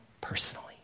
personally